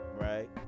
Right